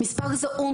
מספר זעום,